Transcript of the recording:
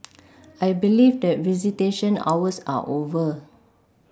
I believe that visitation hours are over